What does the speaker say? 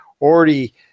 already